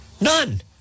None